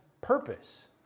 purpose